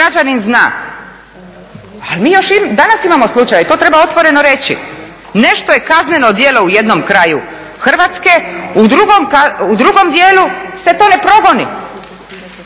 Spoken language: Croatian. Hrvatske u drugom dijelu se to ne progoni